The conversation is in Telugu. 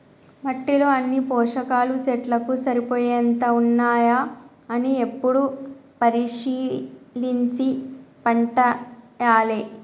మట్టిలో అన్ని పోషకాలు చెట్లకు సరిపోయేంత ఉన్నాయా అని ఎప్పుడు పరిశీలించి పంటేయాలే